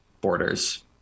borders